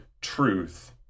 truth